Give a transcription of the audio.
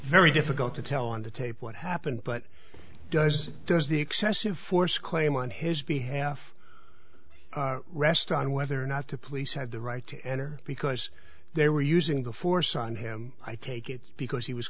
very difficult to tell on the tape what happened but does does the excessive force claim on his behalf rest on whether or not the police have the right to enter because they were using the force on him i take it because he was